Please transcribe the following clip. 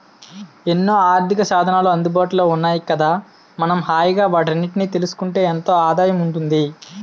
ఎన్నో ఆర్థికసాధనాలు అందుబాటులో ఉన్నాయి కదా మనం హాయిగా వాటన్నిటినీ తెలుసుకుంటే ఎంతో ఆదాయం ఉంటుంది